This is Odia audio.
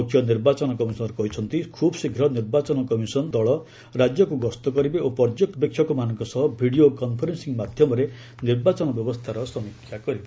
ମୁଖ୍ୟ ନିର୍ବାଚନ କମିଶନର୍ କହିଛନ୍ତି ଖୁବ୍ ଶୀଘ୍ର ନିର୍ବାଚନ କମିଶନ ଦଳ ରାଜ୍ୟକୁ ଗସ୍ତ କରିବେ ଓ ପର୍ଯ୍ୟବେକ୍ଷକମାନଙ୍କ ସହ ଭିଡ଼ିଓ କନ୍ଫରେନ୍ସିଂ ମାଧ୍ୟମରେ ନିର୍ବାଚନ ବ୍ୟବସ୍ଥାର ସମୀକ୍ଷା କରିବେ